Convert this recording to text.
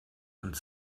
uns